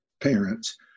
parents